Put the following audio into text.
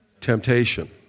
temptation